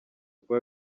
kuba